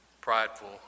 prideful